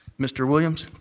mr. williams.